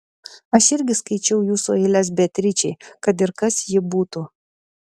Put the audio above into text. aš irgi skaičiau jūsų eiles beatričei kad ir kas ji būtų